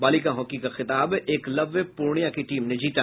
बालिका हॉकी का खिताब एकलव्य पूर्णिया की टीम ने जीता